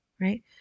right